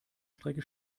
strecke